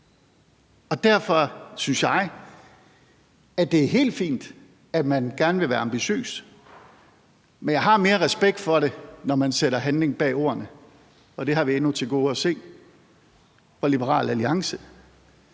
Derfor synes jeg, det er helt fint, at man gerne vil være ambitiøs, men jeg har mere respekt for det, når man sætter handling bag ordene. Og det har vi endnu til gode at se fra Liberal Alliances